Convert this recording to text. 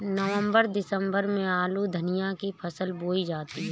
नवम्बर दिसम्बर में आलू धनिया की फसल बोई जाती है?